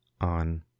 on